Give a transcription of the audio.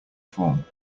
form